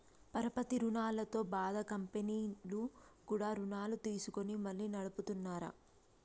పరపతి రుణాలతో బాధ కంపెనీలు కూడా రుణాలు తీసుకొని మళ్లీ నడుపుతున్నార